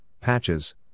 patches